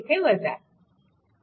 आणि हे 10v1 आहे